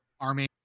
Army